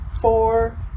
four